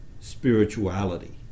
spirituality